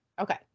Okay